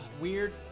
weird